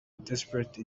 desperate